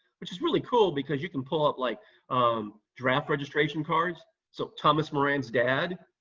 which is really cool because you can pull up like um draft registration cards. so thomas moran's dad,